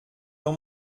dans